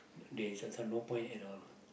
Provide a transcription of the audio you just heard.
they that's why no point at all